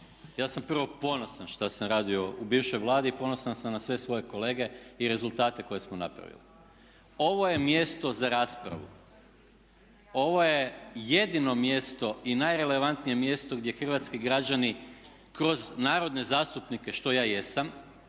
ja sam prvo ponosan šta sam radio u bivšoj Vladi i ponosan sam na sve svoje kolege i rezultate koje smo napravili. Ovo je mjesto za raspravu, ovo je jedino mjesto i najrelevantnije mjesto gdje hrvatski građani kroz narodne zastupnike što ja jesam